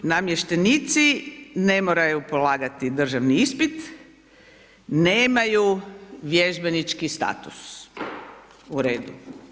Namještenici ne moraju polagati državni ispit, nemaju vježbenički status, u redu.